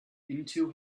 into